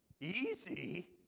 Easy